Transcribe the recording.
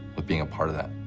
but being a part of that.